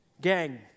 gang